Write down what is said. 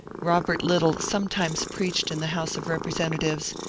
bobert little sometimes preached in the house of bepresentatives,